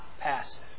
passive